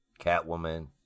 Catwoman